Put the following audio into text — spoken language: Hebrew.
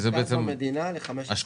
הוא הופקד במדינה ל-15 שנה.